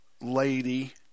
lady